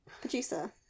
Producer